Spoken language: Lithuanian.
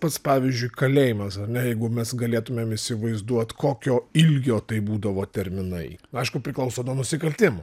pats pavyzdžiui kalėjimas ar ne jeigu mes galėtumėm įsivaizduot kokio ilgio tai būdavo terminai aišku priklauso nuo nusikaltimų